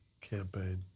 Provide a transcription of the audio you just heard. campaign